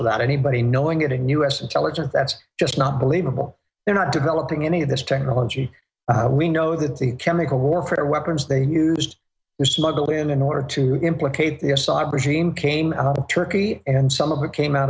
without anybody knowing it in u s intelligence that's just not believable they're not developing any of this technology we know that the chemical warfare weapons they used to smuggle in in order to implicate the assad regime came turkey and some of it came out